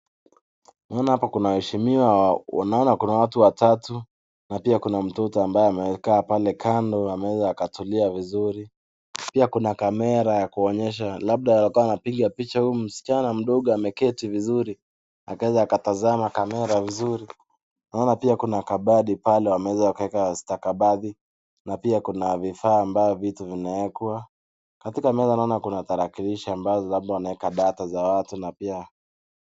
Naona hapa kuna waheshimiwa naona kuna watu watatu na pia kuna mtoto ambaye amekaa pale kando ameweza akatulia vizuri pia kuna kamera ya kuonyesha labda kuwa alikuwa anapiga picha huyu msichana mdogo ameketi vizuri akaweza akatazama kamera vizuri naona pia kuna kabati pale wameweza kuweka stakabadhi na pia kuna vifaa ambao vitu vinawekwa katika meza naona kuna tarakilishi ambazo wanaweka data za watu na pia ...